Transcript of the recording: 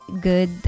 good